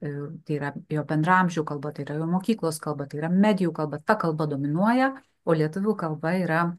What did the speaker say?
ir tai yra jo bendraamžių kalba tai yra mokyklos kalba yra medijų kalba ta kalba dominuoja o lietuvių kalba yra